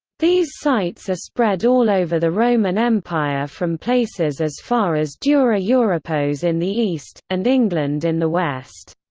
these sites are spread all over the roman empire from places as far as dura europos in the east, and england in the west.